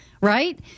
right